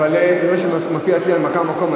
אבל כפי שזה מופיע אצלי זה הנמקה מהמקום,